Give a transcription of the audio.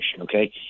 okay